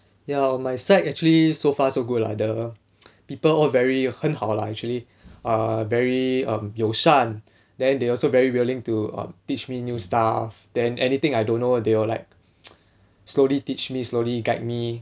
ya my side actually so far so good lah the people all very 很好 lah actually err very um 友善 then they also very willing to um teach me new stuff then anything I don't know they all like slowly teach me slowly guide me